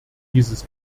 dieses